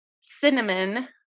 cinnamon